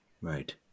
Right